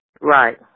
Right